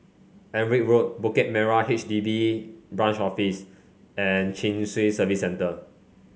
Alnwick Road Bukit Merah H D B Branch Office and Chin Swee Service Centre